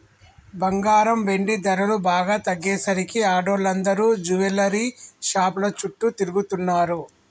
బంగారం, వెండి ధరలు బాగా తగ్గేసరికి ఆడోళ్ళందరూ జువెల్లరీ షాపుల చుట్టూ తిరుగుతున్నరు